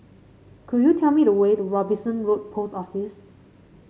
could you tell me the way to Robinson Road Post Office